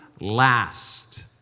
last